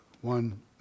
one